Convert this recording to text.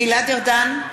(קוראת בשמות חברי הכנסת) גלעד ארדן,